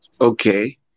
Okay